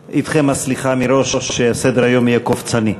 אז אתכם הסליחה מראש על שסדר-היום יהיה קופצני.